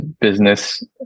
business